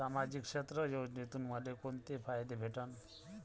सामाजिक क्षेत्र योजनेतून मले कोंते फायदे भेटन?